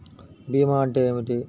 భీమా అంటే ఏమిటి?